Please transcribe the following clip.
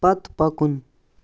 پتہٕ پکُن